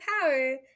power